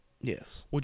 Yes